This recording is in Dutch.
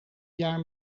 jaar